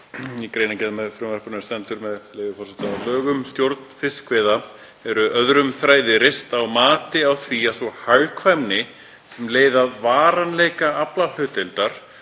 Í greinargerð með frumvarpinu stendur, með leyfi forseta: „Lög um stjórn fiskveiða eru öðrum þræði reist á mati á því að sú hagkvæmni, sem leiði af varanleika aflahlutdeildar